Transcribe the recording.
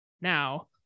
Now